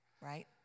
Right